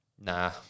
Nah